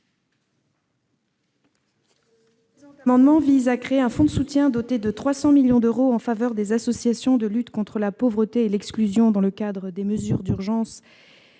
Le présent amendement vise à créer un fonds de soutien, doté de 300 millions d'euros, en faveur des associations de lutte contre la pauvreté et l'exclusion, dans le cadre des mesures d'urgence